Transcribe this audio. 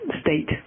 state